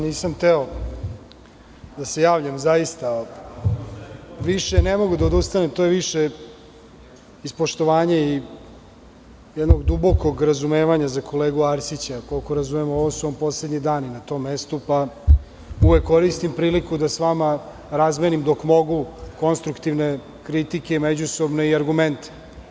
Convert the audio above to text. Nisam hteo da se javljam zaista više, ne mogu da odustanem, to je više iz poštovanja i jednog dubokog razumevanja za kolegu Arsića, koliko razumem ovo su vam poslednji dani na tom mestu, pa uvek koristim priliku da s vama razmenim dok mogu konstruktivne kritike međusobne i argumente.